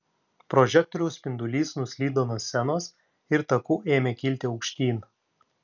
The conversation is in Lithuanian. prožektoriaus spindulys nuslydo nuo scenos ir taku ėmė kilti aukštyn